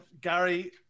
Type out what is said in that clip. Gary